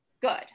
good